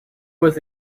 was